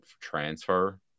transfer